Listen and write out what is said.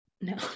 No